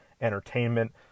entertainment